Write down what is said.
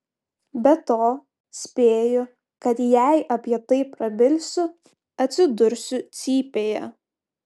be to spėju kad jei apie tai prabilsiu atsidursiu cypėje